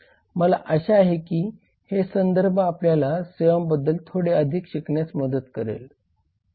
मला आशा आहे की हे संदर्भ आपल्याला सेवांबद्दल थोडे अधिक शिकण्यास मदत करेल